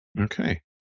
Okay